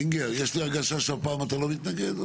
זינגר, יש לי הרגשה שהפעם אתה לא מתנגד.